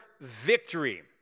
victory